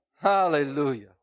Hallelujah